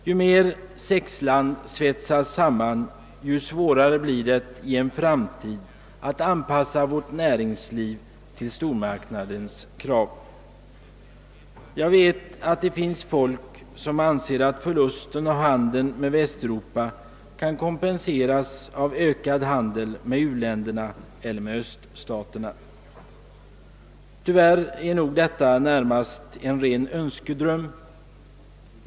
Ju mer Sexland svetsas samman, desto svårare bli det i en framtid att anpassa vårt näringsliv till stormarknadens krav. Jag vet att det finns folk som anser att förlusten av handeln med Västeuropa kan kompenseras av ökad handel med u-länderna eller med öststaterna. Tyvärr är nog detta en ren önskedröm.